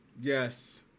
Yes